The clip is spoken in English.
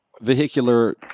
vehicular